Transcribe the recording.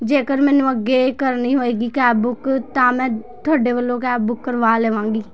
ਜੇਕਰ ਮੈਨੂੰ ਅੱਗੇ ਕਰਨੀ ਹੋਏਗੀ ਕੈਬ ਬੁੱਕ ਤਾਂ ਮੈਂ ਤੁਹਾਡੇ ਵੱਲੋਂ ਕੈਬ ਬੁੱਕ ਕਰਵਾ ਲਵਾਂਗੀ